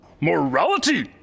morality